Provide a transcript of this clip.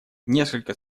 несколько